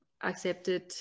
accepted